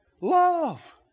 Love